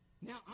Now